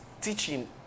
Teaching